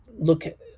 look